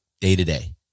day-to-day